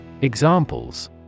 Examples